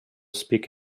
speak